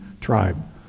tribe